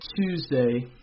Tuesday